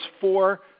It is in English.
four